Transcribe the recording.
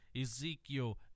Ezekiel